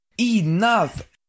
ENOUGH